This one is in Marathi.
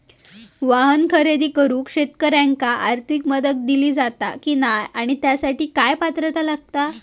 वाहन खरेदी करूक शेतकऱ्यांका आर्थिक मदत दिली जाता की नाय आणि त्यासाठी काय पात्रता लागता?